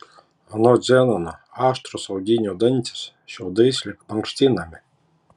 anot zenono aštrūs audinių dantys šiaudais lyg mankštinami